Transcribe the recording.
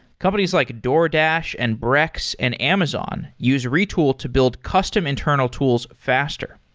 companies like a doordash, and brex, and amazon use retool to build custom internal tools faster.